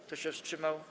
Kto się wstrzymał?